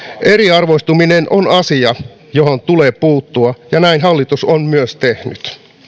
eriarvoistuminen on asia johon tulee puuttua ja näin hallitus on myös tehnyt